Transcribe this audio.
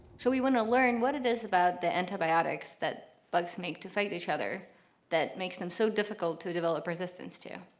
so we want to learn what it is about the antibiotics that bugs make to fight each other that makes them so difficult to develop resistance to.